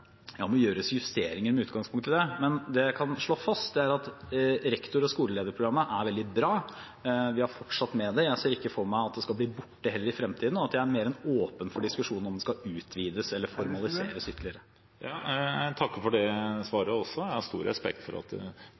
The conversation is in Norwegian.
må gjøres justeringer med utgangspunkt i det. Det jeg kan slå fast, er at rektor- og skolelederprogrammet er veldig bra. Vi har fortsatt med det. Jeg ser heller ikke for meg at det skal bli borte i fremtiden. Jeg er mer enn åpen for diskusjon om det skal utvides eller … Jeg takker for det svaret også. Jeg har stor respekt for at